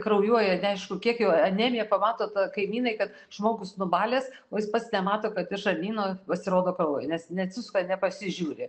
kraujuoja ir neaišku kiek jau anemiją pamato tą kaimynai kad žmogus nubalęs o jis pats nemato kad iš žarnyno pasirodo kraujo nes neatsisuka nepasižiūri